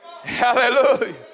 hallelujah